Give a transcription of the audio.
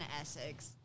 Essex